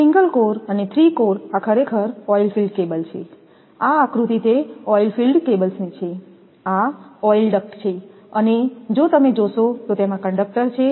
single core અને three core આ ખરેખર ઓઇલ ફિલ્ડ કેબલ છે આ આકૃતિ તે ઓઇલ ફિલ્ડ કેબલ્સ ની છે આ ઓઇલ ડક્ટ છે અને જો તમે જોશો તો તેમાં કંડક્ટર છે